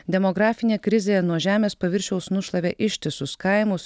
demografinė krizė nuo žemės paviršiaus nušlavė ištisus kaimus